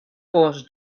gos